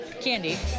candy